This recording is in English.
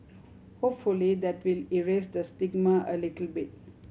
hopefully that will erase the stigma a little bit